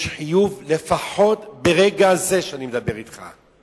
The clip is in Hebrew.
יש חיוב לפחות ברגע זה שאני מדבר אתך,